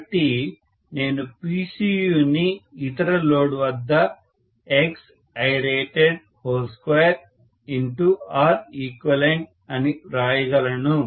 కాబట్టి నేను PCU ని ఇతర లోడ్ వద్ద2Req అని వ్రాయగలను